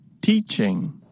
Teaching